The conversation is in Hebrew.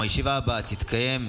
הישיבה הבאה תתקיים,